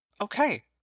okay